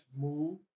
move